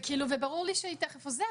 וברור לי שהיא תיכף עוזבת.